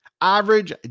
Average